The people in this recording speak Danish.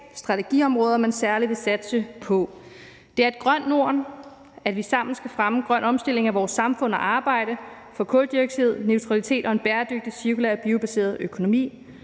strategiområder, man særlig vil satse på: Det er et grønt Norden, hvor vi sammen skal fremme grøn omstilling af vores samfund og arbejde for kuldioxidneutralitet og en bæredygtig cirkulær og biobaseret økonomi.